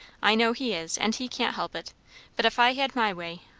i know he is and he can't help it but if i had my way,